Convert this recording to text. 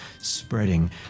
spreading